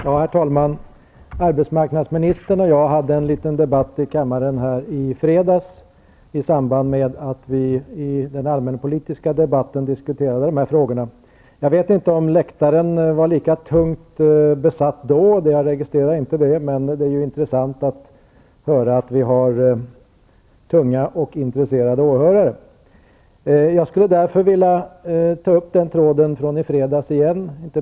Herr talman! Arbetsmarknadsministern och jag hade en liten diskussion här i kammaren i fredags i samband med att vi i den allmänpolitiska debatten diskuterade dessa frågor. Jag vet inte om läktaren var lika väl besatt då. Jag registrerade inte det. Det är intressant att höra att vi har tunga och intresserade åhörare. Därför skulle jag vilja ta upp en tråd från i fredags.